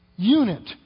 Unit